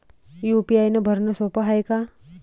UPI भरनं सोप हाय का?